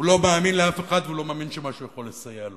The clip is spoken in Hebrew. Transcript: הוא לא מאמין לאף אחד והוא לא מאמין שמשהו יכול לסייע לו,